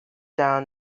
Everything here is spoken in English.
down